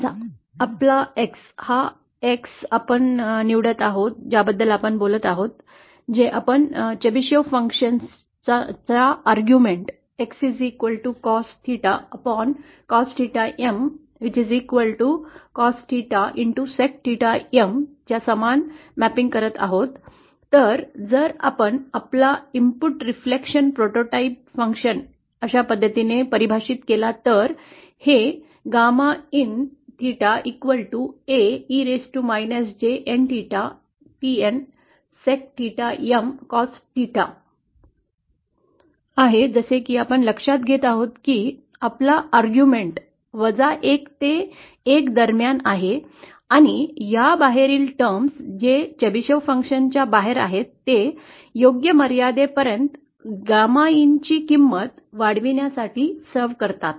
समजा आपण आपला X हा X आपण निवडत आहोत ज्याबद्दल आपण बोलत आहोत जे आपण Chebyshev फंक्शनचा युक्तिवाद x cos theta cos theta M cos 𝚹 sec 𝚹 M च्या समान मॅपिंग करत आहोत तर जर आपण आपला इनपुट रिफ्लेक्शन्स प्रोटोटाइप परिभाषित केला तर हे gamma in theta A जसे की आपण लक्षात घेत आहोत की आपला युक्तिवाद वजा एक ते एक दरम्यान आहे आणि या बाहेरील टर्म्स जे चेब्शेव फंक्शनच्या बाहेर आहेत ते योग्य मर्यादे पर्यंत गॅमा in ची किंमत वाढवण्यासाठी सर्व्ह करतात